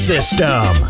System